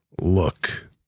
look